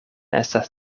estas